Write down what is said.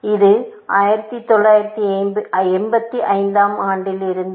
இது 1985 ஆம் ஆண்டிலும் இருந்தது